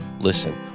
Listen